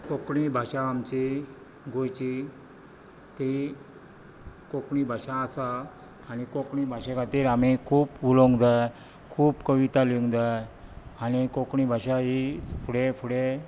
कोंकणी भाशा आमची गोंयची ती कोंकणी भाशा आसा आनी कोंकणी भाशे खातीर आमी खूब उलोवंक जाय खूब कविता लिवंक जाय आनी कोंकणी भाशा ही फुडें फुडें